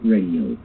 Radio